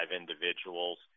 individuals